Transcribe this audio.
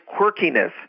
quirkiness